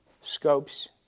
Scopes